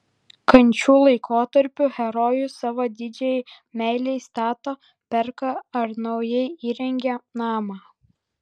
kančių laikotarpiu herojus savo didžiajai meilei stato perka ar naujai įrengia namą